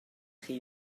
chi